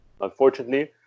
unfortunately